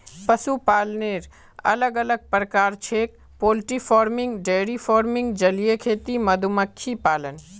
पशुपालनेर अलग अलग प्रकार छेक पोल्ट्री फार्मिंग, डेयरी फार्मिंग, जलीय खेती, मधुमक्खी पालन